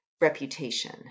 reputation